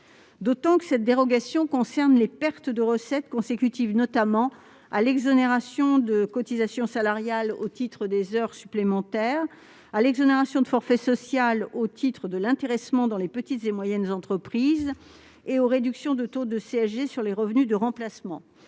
d'autant plus que cette dérogation porte sur les pertes de recettes consécutives, notamment, à l'exonération de cotisations salariales au titre des heures supplémentaires, à l'exonération de forfait social au titre de l'intéressement dans les petites et moyennes entreprises (PME) et aux réductions du taux de contribution sociale